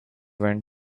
went